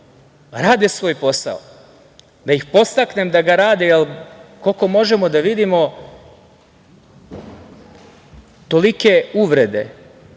rade svoj posao, da ih podstaknem da ga rade, jer, koliko možemo da vidimo, tolike uvrede,